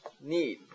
need